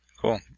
Cool